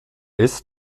ist